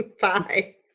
Bye